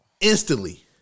Instantly